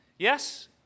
Yes